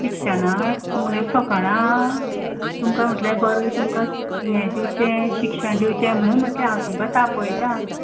शिक्षणांत मुणें फकाणां तुमकां म्हणलें बरें तुमकां हें दिवचें शिक्षण दिवचें म्हणून म्हणलें हांव तुमकां तापयता